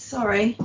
Sorry